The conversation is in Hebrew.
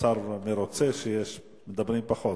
השר מרוצה שמדברים פחות.